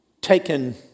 taken